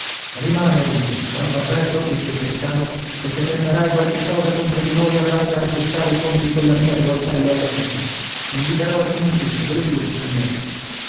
adunque però t'avverto disse il capitano che se tenterai qualche cosa contro di noi avrai da aggiustare i conti colla mia rivoltella elettrica non vi darò alcun impiccio ve lo giuro signore